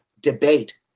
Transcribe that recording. debate